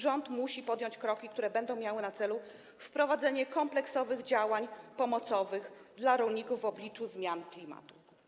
Rząd musi podjąć kroki, które będą miały na celu wprowadzenie kompleksowych działań pomocowych dla rolników w obliczu zmian klimatu.